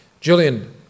Julian